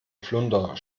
flunder